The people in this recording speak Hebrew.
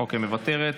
מוותרת,